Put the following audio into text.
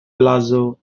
palazzo